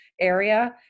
area